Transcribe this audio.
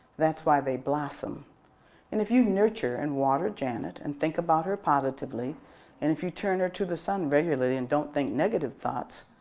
that's why they blossom, and if you nurture and water janet and think about her positively and if you turn her to the sun regularly and don't think negative thoughts,